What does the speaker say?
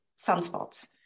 sunspots